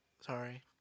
Sorry